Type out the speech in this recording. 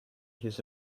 his